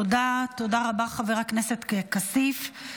תודה רבה, חבר הכנסת כסיף.